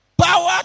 Power